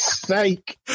sake